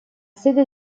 sede